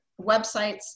websites